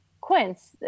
Quince